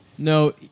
No